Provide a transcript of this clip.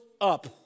up